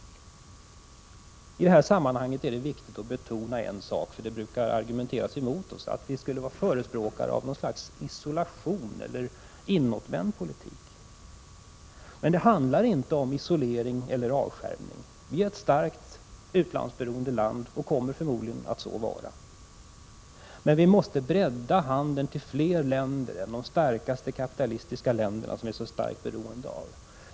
I detta sammanhang är det viktigt att betona en sak, som brukar anföras som argument mot oss, nämligen att vi skulle vara förespråkare av något slags isolation eller en inåtvänd politik. Men det handlar inte om isolering eller avskärmning. Sverige är ett starkt utlandsberoende land och kommer förmodligen att fortsätta att vara det. Men vi måste bredda handeln till fler länder än de starkaste kapitalistiska länderna, som vi är så beroende av.